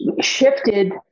shifted